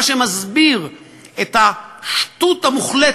מה שמסביר את השטות המוחלטת,